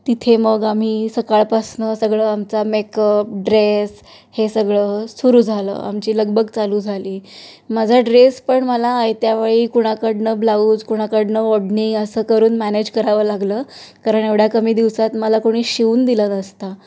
तिथे मग आम्ही सकाळपासून सगळं आमचा मेकअप ड्रेस हे सगळं सुरू झालं आमची लगबग चालू झाली माझा ड्रेस पण मला आयत्यावेळी कुणाकडून ब्लाऊज कुणाकडून ओढणी असं करून मॅनेज करावं लागलं कारण एवढ्या कमी दिवसात मला कोणी शिवून दिला नसता